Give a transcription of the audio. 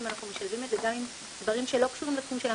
אנחנו משלבים את זה גם בדברים שלא קשורים לתחום שלנו,